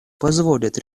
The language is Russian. позволит